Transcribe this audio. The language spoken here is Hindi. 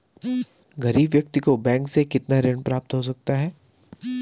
गरीब व्यक्ति को बैंक से कितना ऋण प्राप्त हो सकता है?